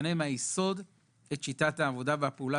שתשנה מהיסוד את שיטת העבודה והפעולה